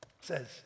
says